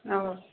অঁ